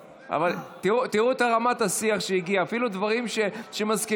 תראו את רמת השיח שהגיעה: אפילו דברים שמסכימים,